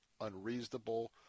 unreasonable